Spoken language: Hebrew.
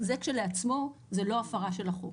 זה כשלעצמו זה לא הפרה של החוק.